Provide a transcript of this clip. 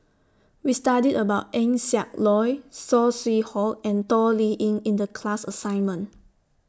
We studied about Eng Siak Loy Saw Swee Hock and Toh Liying in The class assignment